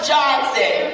Johnson